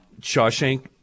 shawshank